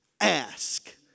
ask